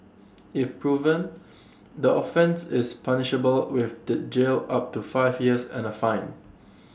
if proven the offence is punishable with the jail up to five years and A fine